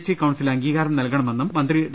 T council അംഗീകാരം നൽകണമെന്നും മന്ത്രി ഡോ